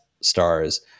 stars